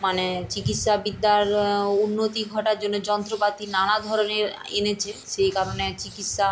মানে চিকিৎসাবিদ্যার উন্নতি ঘটার জন্য যন্ত্রপাতি নানা ধরনের এনেছে সেই কারণে চিকিৎসা